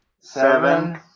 Seven